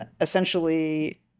essentially